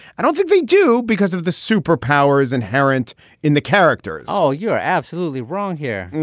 i don't think they do because of the superpowers inherent in the characters oh you're absolutely wrong here.